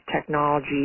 technology